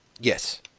Yes